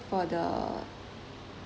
for the